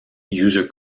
user